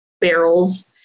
barrels